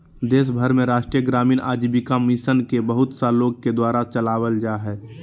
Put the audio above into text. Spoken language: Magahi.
देश भर में राष्ट्रीय ग्रामीण आजीविका मिशन के बहुत सा लोग के द्वारा चलावल जा हइ